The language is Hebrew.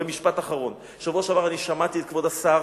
ומשפט אחרון: בשבוע שעבר אני שמעתי את כבוד השר